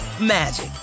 magic